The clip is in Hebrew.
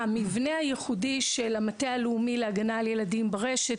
המבנה הייחודי של המטה הלאומי להגנה על ילדים ברשת,